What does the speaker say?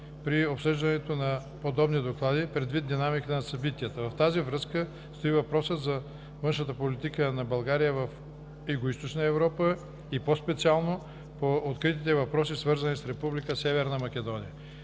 при обсъждането на подобни доклади предвид динамиката на събитията. В тази връзка стои въпросът за външната политика на България в Югоизточна Европа и по-специално по откритите въпроси, свързани с Република Северна Македония.